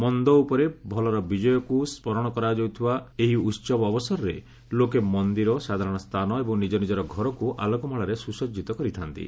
ମନ୍ଦ ଉପରେ ଭଲର ବିଜୟକ୍ତ ସୁରଣ କରାଯାଉଥିବା ଏହି ଉତ୍ସବ ଅବସରରେ ଲୋକେ ମନ୍ଦିର ସାଧାରଣ ସ୍ଥାନ ଏବଂ ନିଜ ନିଜର ଘରକୁ ଆଲୋକମାଳାରେ ସୁସଜିତ କରିଥା'ନ୍ତି